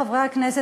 חברי חברי הכנסת,